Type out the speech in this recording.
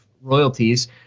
royalties